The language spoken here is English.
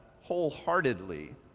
wholeheartedly